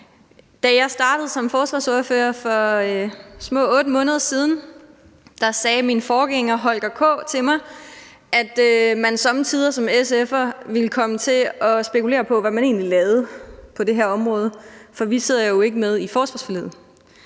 Da jeg startede som forsvarsordfører for små 8 måneder siden, sagde min forgænger, Holger K. Nielsen, til mig, at man somme tider som SF'er ville komme til at spekulere på, hvad man egentlig lavede på det her område. For vi sidder jo ikke med i forsvarsforliget,